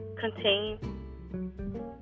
contain